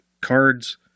cards